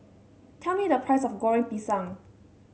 tell me the price of Goreng Pisang